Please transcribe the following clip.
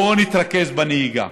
בואו נתרכז בנהיגה.